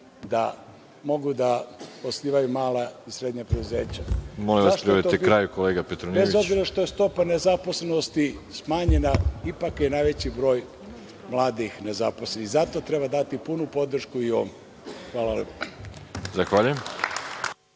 da mogu da osnivaju mala i srednja preduzeća. Zašto je to bitno? Bez obzira što je stopa nezaposlenosti smanjena, ipak je najveći broj mladih nezaposlenih. Zato treba dati punu podršku i ovome. Hvala lepo.